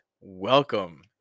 welcome